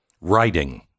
Writing